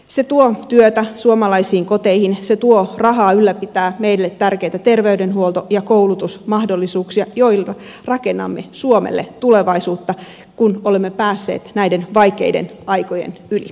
se tuo työtä suomalaisiin koteihin se tuo rahaa ylläpitää meille tärkeitä terveydenhuolto ja koulutusmahdollisuuksia joilla rakennamme suomelle tulevaisuutta kun olemme päässeet näiden vaikeiden aikojen yli